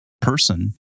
person